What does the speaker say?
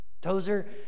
Tozer